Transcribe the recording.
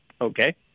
Okay